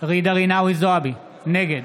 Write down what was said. ג'ידא רינאוי זועבי, נגד